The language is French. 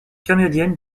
canadienne